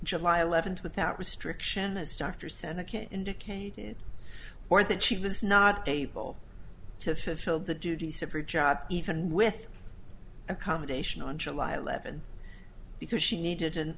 july eleventh without restriction as dr sena king indicated or that she was not able to fill the duty separate job even with accommodation on july eleventh because she needed an